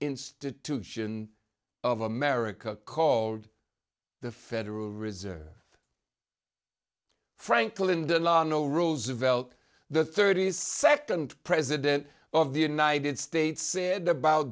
institution of america called the federal reserve franklin delano roosevelt the thirty second president of the united states said about